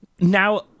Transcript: now